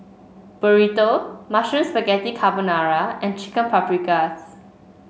Burrito Mushroom Spaghetti Carbonara and Chicken Paprikas